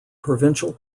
provincial